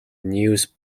news